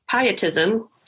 pietism